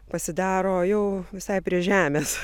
pasidaro jau visai prie žemės